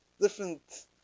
different